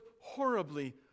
horribly